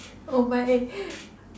oh my